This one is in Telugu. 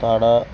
తడా